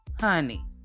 honey